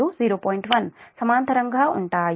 1 సమాంతరంగా ఉంటాయి